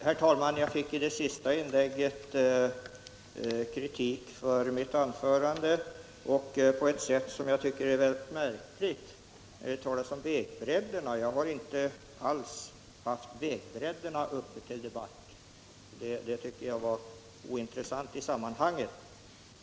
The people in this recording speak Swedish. Herr talman! Jag kritiserades rätt märkligt i det senaste anförandet. Det talades om vägbredderna, men jag har inte alls tagit upp dessa till debatt. Det tyckte jag var ointressant i sammanhanget.